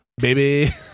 baby